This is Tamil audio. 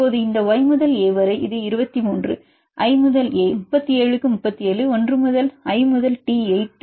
இப்போது இந்த Y முதல் A வரை இது 23 I முதல் A 37 க்கு 37 I முதல் T 8 ஆல் 8 ஆகும்